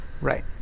right